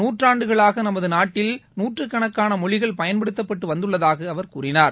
நூற்றாண்டுகளாக நமது நாட்டில் நூற்றுக்கணக்கான மொழிகள் பயன்படுத்தப்பட்டு வந்துள்ளதாக அவர் கூறினார்